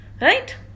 Right